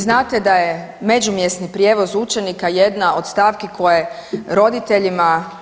Vi znate da je međumjesni prijevoz učenika jedna od stavki koje roditeljima